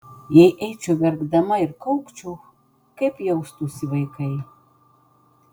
jei eičiau verkdama ir kaukčiau kaip jaustųsi vaikai